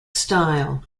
style